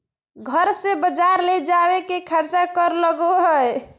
घर से बजार ले जावे के खर्चा कर लगो है?